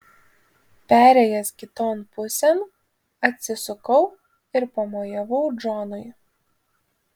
perėjęs kiton pusėn atsisukau ir pamojavau džonui